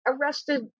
arrested